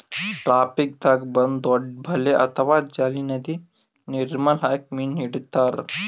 ಟ್ರಾಪಿಂಗ್ದಾಗ್ ಒಂದ್ ದೊಡ್ಡ್ ಬಲೆ ಅಥವಾ ಜಾಲಿ ನದಿ ನೀರ್ಮೆಲ್ ಹಾಕಿ ಮೀನ್ ಹಿಡಿತಾರ್